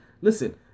listen